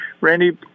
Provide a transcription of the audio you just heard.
Randy